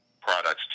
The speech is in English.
products